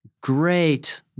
great